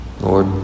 Lord